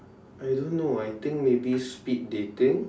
I don't know I think maybe speed dating